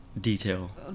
detail